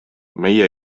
meie